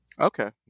Okay